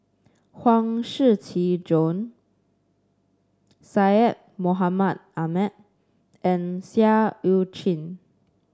Huang Shiqi Joan Syed Mohamed Ahmed and Seah Eu Chin